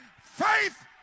Faith